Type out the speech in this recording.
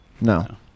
No